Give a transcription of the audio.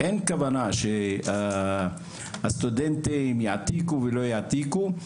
אין כוונה שהסטודנטים יעתיקו או לא יעתיקו.